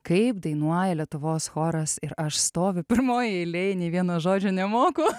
kaip dainuoja lietuvos choras ir aš stoviu pirmoj eilėj nei vieno žodžio nemoku